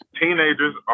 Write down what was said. teenagers